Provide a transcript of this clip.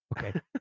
Okay